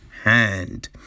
hand